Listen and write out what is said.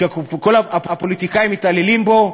שכל הפוליטיקאים מתעללים בו,